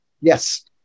Yes